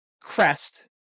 crest